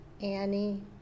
Annie